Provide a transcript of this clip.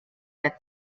der